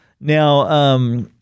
Now